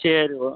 சரி ஓ